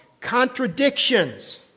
contradictions